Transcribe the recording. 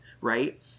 right